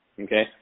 okay